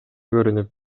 көрүнүп